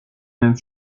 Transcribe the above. même